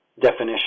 definition